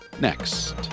next